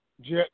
jet